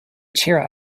cheer